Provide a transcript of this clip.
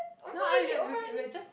no I'm ju~ we're ca~ we're just